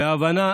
בהבנה